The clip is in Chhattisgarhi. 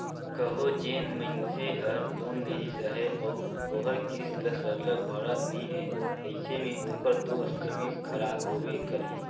कहों जेन मइनसे हर लोन लेहिस अहे अउ ओहर किस्त ल सरलग भरत नी हे अइसे में ओकर दो सिविल खराब होबे करही